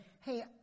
hey